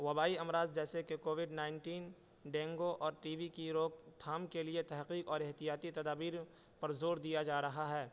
وبائی امراض جیسے کہ کووڈ نائنٹین ڈینگو اور ٹی وی کی روک تھام کے لیے تحقیق اور احتیاطی تدابیر پر زور دیا جا رہا ہے